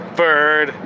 bird